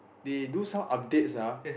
they do some updates ah